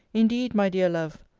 indeed, my dear love,